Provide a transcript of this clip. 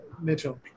Mitchell